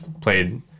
played